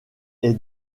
est